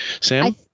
Sam